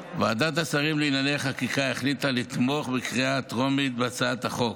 ועדת השרים לענייני חקיקה החליטה לתמוך בקריאה הטרומית בהצעת החוק,